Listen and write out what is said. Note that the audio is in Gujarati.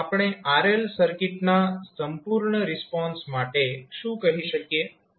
તો આપણે RL સર્કિટના સંપૂર્ણ રિસ્પોન્સ માટે શું કહી શકીએ